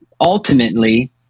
ultimately